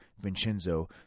Vincenzo